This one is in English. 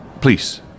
Please